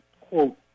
quote